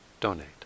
donate